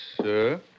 sir